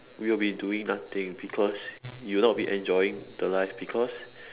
we will be doing nothing because you would not be enjoying the life because